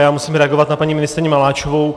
Já musím reagovat na paní ministryni Maláčovou.